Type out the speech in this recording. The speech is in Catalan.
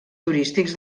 turístics